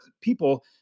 people